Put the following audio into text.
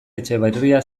etxeberria